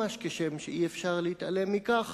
ממש כשם שאי-אפשר להתעלם מכך